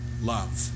love